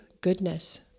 goodness